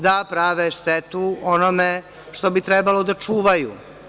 Dakle, da prave štetu onome što bi trebalo da čuvaju.